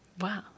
Wow